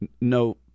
no